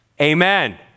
amen